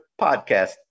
podcast